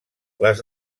les